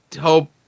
hope